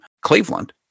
Cleveland